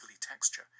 texture